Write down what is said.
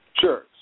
Sure